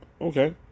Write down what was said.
Okay